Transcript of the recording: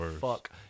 fuck